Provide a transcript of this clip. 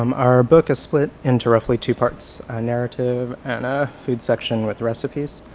um our book is split into roughly two parts, a narrative and a food section with recipes.